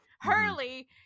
Hurley